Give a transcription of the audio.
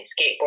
skateboard